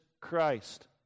Christ